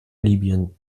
libyen